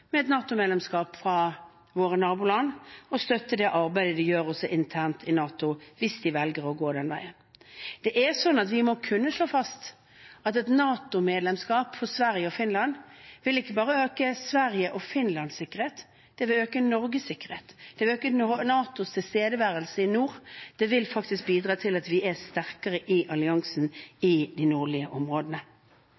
med et NATO-medlemskap fra våre naboland, og støtte det arbeidet de gjør – også internt i NATO hvis de velger å gå den veien. Vi må kunne slå fast at et NATO-medlemskap for Sverige og Finland ikke bare vil øke Sveriges og Finlands sikkerhet, det vil øke Norges sikkerhet. Det vil øke NATOs tilstedeværelse i nord. Det vil faktisk bidra til at vi er sterkere i alliansen